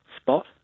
spot